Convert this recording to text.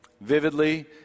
vividly